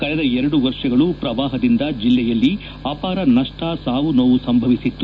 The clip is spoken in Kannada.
ಕಳೆದ ಎರಡು ವರ್ಷಗಳೂ ಪ್ರವಾಹದಿಂದ ಜಿಲ್ಲೆಯಲ್ಲಿ ಅಪಾರ ನಷ್ಟ ಸಾವು ನೋವು ಸಂಭವಿಸಿತ್ತು